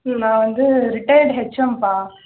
நான் வந்து ரிட்டையர்டு ஹெச்எம்பா